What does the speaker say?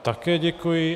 Také děkuji.